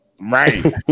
right